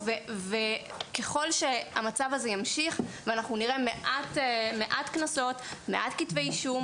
וככל שהמצב הזה ימשיך ואנחנו נראה מעט קנסות ומעט כתבי אישום,